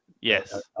yes